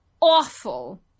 awful